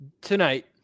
tonight